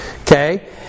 okay